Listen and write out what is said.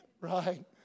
Right